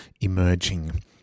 emerging